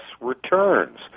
returns